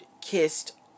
kissed